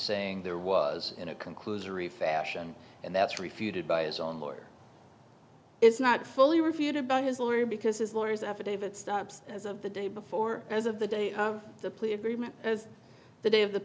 saying there was a conclusion refashion and that's refuted by is on board is not fully refuted by his lawyer because his lawyers affidavit stops as of the day before as of the day of the plea agreement as the day of the